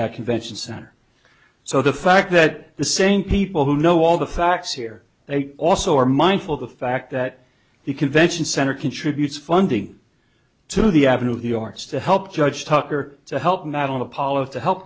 that convention center so the fact that the same people who know all the facts here they also are mindful of the fact that the convention center contributes funding to the avenue the arts to help judge tucker to help not on apollo to help